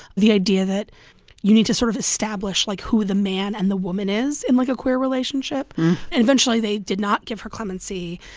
the idea that you need to sort of establish, like, who the man and the woman is in, like, a queer relationship and eventually, they did not give her clemency.